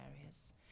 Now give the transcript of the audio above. areas